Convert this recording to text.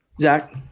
Zach